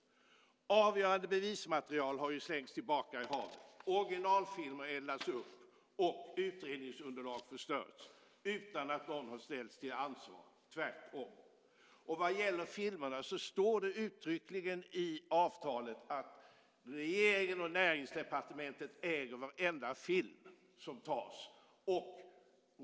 Avgörande bevismaterial har slängts tillbaka i havet, originalfilmer eldats upp och utredningsunderlag förstörts utan att någon har ställts till ansvar - tvärtom. Vad gäller filmerna står det uttryckligen i avtalet att regeringen och Näringsdepartementet äger varenda film som tas.